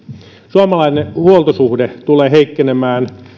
suomalainen huoltosuhde tulee heikkenemään